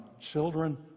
children